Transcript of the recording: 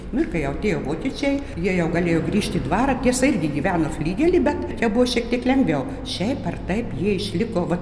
nu ir kai jau atėjo vokiečiai jie jau galėjo grįžt į dvarą tiesa irgi gyveno flygely bet čia buvo šiek tiek lengviau šiaip ar taip jie išliko va